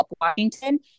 Washington